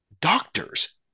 Doctors